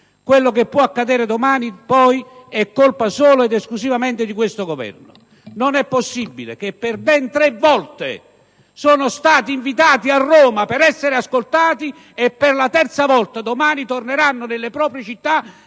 che potrà poi accadere domani sarà colpa solo ed esclusivamente di questo Governo. Non è possibile che per ben tre volte questi operai siano stati invitati a Roma per essere ascoltati e che, per la terza volta, domani essi torneranno nelle proprie città